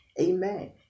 amen